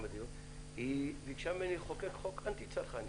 היא ביקשה ממני לחוקק חוק אנטי צרכני